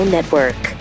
Network